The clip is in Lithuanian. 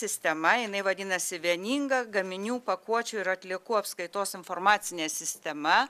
sistema jinai vadinasi vieninga gaminių pakuočių ir atliekų apskaitos informacinė sistema